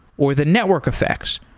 or the network effects,